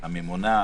הממונה,